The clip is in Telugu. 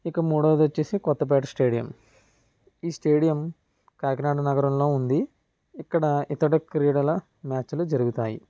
ఇక మూడవది వచ్చేసి కొత్తపేట స్టేడియం ఈ స్టేడియం కాకినాడ నగరంలో ఉంది ఇక్కడ ఇతడ క్రీడల మ్యాచ్లు జరుగుతాయి